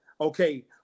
Okay